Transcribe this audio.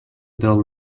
дал